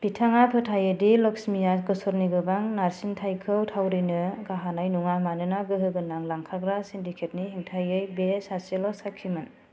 बिथाङा फोथायो दि लक्ष्मीया गसरनि गोबां नारसिनथायखौ थावरिनो हानाय नङा मानोना गोहोगोनां लांखारग्रा सिन्डिकेटनि हेंथायै बे सासेल' साखिमोन